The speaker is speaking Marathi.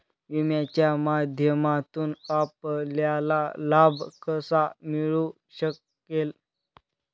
विम्याच्या माध्यमातून आपल्याला लाभ कसा मिळू शकेल?